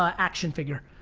ah action figure.